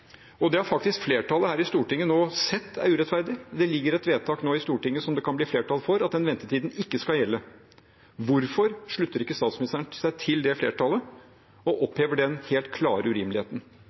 og det har faktisk flertallet her i Stortinget nå sett er urettferdig. Det ligger et forslag nå i Stortinget som det kan bli flertall for, om at den ventetiden ikke skal gjelde. Hvorfor slutter ikke statsministeren seg til det flertallet og opphever den helt klare urimeligheten?